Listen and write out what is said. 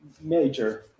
major